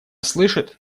слышит